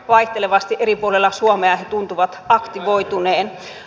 vaihtelevasti eri puolilla suomea he tuntuvat aktivoituneen